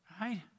Right